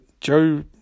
Joe